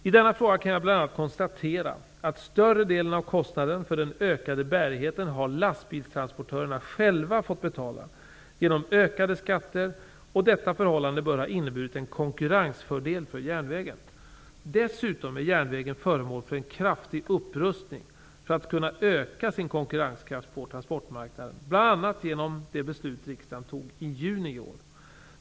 I denna fråga kan jag bl.a. konstatera att större delen av kostnaden för den ökade bärigheten har lastbilstransportörerna själva fått betala genom ökade skatter, och detta förhållande bör ha inneburit en konkurrensfördel för järnvägen. Dessutom är järnvägen föremål för en kraftig upprustning för att kunna öka sin konkurrenskraft på transportmarknaden bl.a. genom det beslut riksdagen fattade i juni i år.